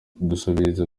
gusabiriza